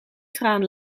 traan